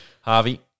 Harvey